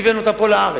והבאנו אותם לארץ.